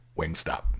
Wingstop